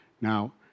now